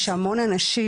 יש המון אנשים,